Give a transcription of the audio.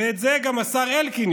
ואת זה וגם השר אלקין,